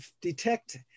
detect